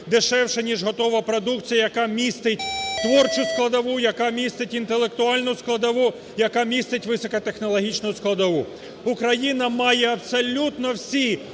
дешевше ніж готова продукція, яка містить творчу складову, яка містить інтелектуальну складову, яка містить високотехнологічну складову. Україна має абсолютно всі